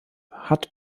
hat